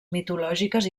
mitològiques